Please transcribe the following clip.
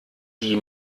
die